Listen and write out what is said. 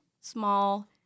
small